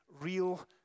real